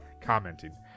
commenting